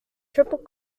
triple